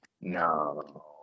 No